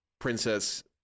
princess